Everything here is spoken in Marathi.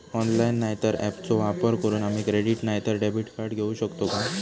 ऑनलाइन नाय तर ऍपचो वापर करून आम्ही क्रेडिट नाय तर डेबिट कार्ड घेऊ शकतो का?